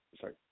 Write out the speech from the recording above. Sorry